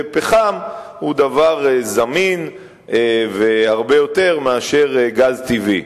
ופחם הוא דבר זמין הרבה יותר מגז טבעי.